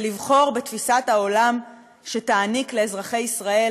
ולבחור בתפיסת העולם שתעניק לאזרחי ישראל